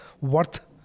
worth